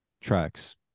tracks